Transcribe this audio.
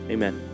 Amen